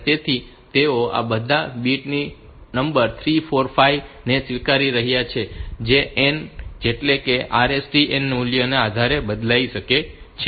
તેથી તેઓ બધા આ બીટ નંબર 3 4 અને 5 ને સ્વીકારી રહ્યા છે જે n એટલે કે ના RST n ના મૂલ્યના આધારે બદલાઈ શકે છે